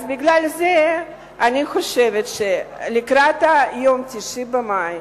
אז בגלל זה אני חושבת שלקראת 9 במאי